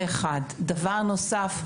דבר נוסף,